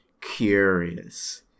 curious